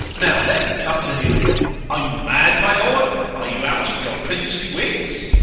now let me come to him are you mad, my lord? are you out of your princely wits?